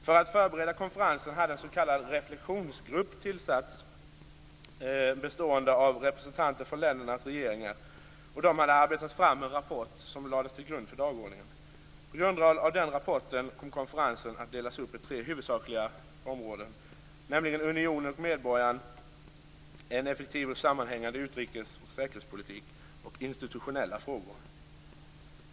För att förbereda konferensen hade en s.k. reflexionsgrupp bestående av representanter för ländernas regeringar tillsatts och arbetat fram en rapport, som lades till grund för dagordningen. På grundval av den rapporten kom konferensen att delas upp i tre huvudsakliga områden, nämligen unionen och medborgarna, en effektiv och sammanhängande utrikes och säkerhetspolitik och institutionella frågor.